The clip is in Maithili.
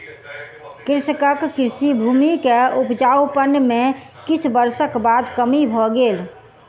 कृषकक कृषि भूमि के उपजाउपन में किछ वर्षक बाद कमी भ गेल